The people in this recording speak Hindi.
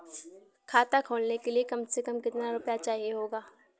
खाता खोलने के लिए कम से कम कितना रूपए होने चाहिए?